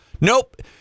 Nope